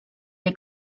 nii